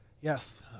yes